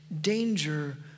danger